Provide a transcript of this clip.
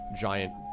giant